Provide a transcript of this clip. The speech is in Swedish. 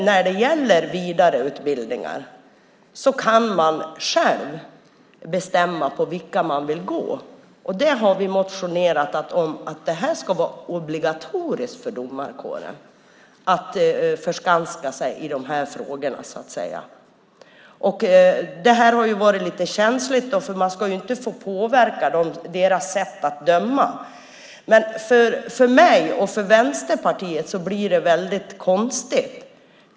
När det gäller vidareutbildningar kan de själva bestämma vilka de vill delta i. Vi har motionerat om att det ska vara obligatoriskt för domarkåren att förkovra sig i de här frågorna. Det här har varit lite känsligt, för man ska ju inte få påverka domarnas sätt att döma. Men för mig och för Vänsterpartiet blir det väldigt konstigt.